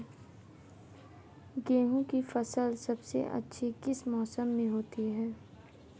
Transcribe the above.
गेंहू की फसल सबसे अच्छी किस मौसम में होती है?